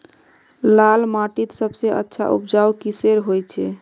लाल माटित सबसे अच्छा उपजाऊ किसेर होचए?